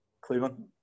Cleveland